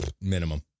minimum